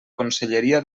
conselleria